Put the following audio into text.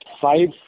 five